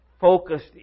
focused